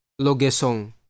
Logesong